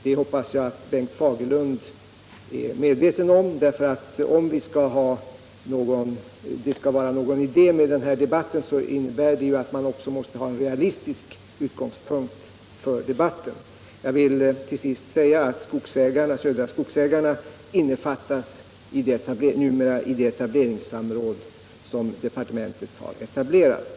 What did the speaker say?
Det hoppas jag att Bengt Fagerlund är medveten om, därför att om det skall vara någon idé med denna debatt måste man ha en realistisk utgångspunkt. Jag vill till sist säga att Södra Skogsägarna numera innefattas i det etableringssamråd som departementet har bildat.